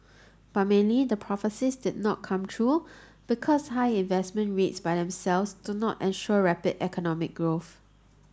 but mainly the prophecies did not come true because high investment rates by themselves do not ensure rapid economic growth